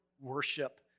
worship